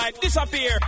Disappear